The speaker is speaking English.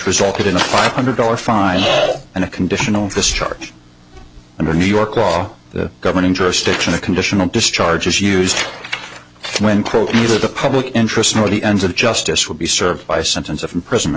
resulted in a five hundred dollar fine and a conditional discharge under new york law that governing jurisdiction a conditional discharge is used when quote either the public interest or the ends of justice will be served by sentence of imprison